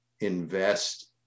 invest